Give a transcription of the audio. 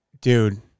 dude